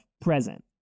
present